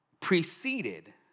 preceded